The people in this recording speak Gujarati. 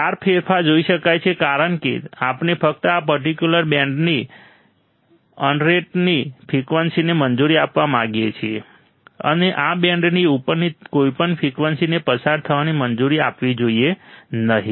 શાર્પ ફેરફાર જોઈ શકાય છે કારણ કે આપણે ફક્ત આ પર્ટિક્યુલર બેન્ડની અંરેટની ફ્રિકવન્સીને મંજૂરી આપવા માંગીએ છીએ અને આ બેન્ડની ઉપરની કોઈપણ ફ્રિકવન્સીને પસાર થવાની મંજૂરી આપવી જોઈએ નહીં